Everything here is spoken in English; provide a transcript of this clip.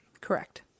Correct